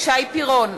שי פירון,